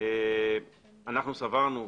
אנו סברנו,